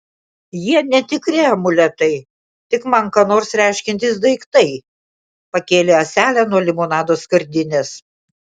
jie netikri amuletai tik man ką nors reiškiantys daiktai pakėlė ąselę nuo limonado skardinės